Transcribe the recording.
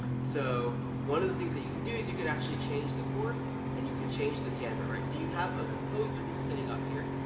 so, one of the things that you can do is you can actually change the chord and you can change the timbre, right? so you have a composer who's sitting up here.